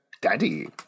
Daddy